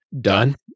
done